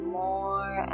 more